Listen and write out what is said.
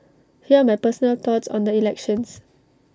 here are my personal thoughts on the elections